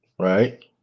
Right